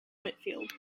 whitfield